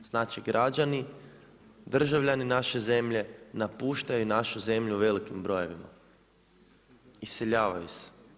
Znači, građani, državljani naše zemlje napuštaju našu zemlju u velikim brojevima, iseljavaju se.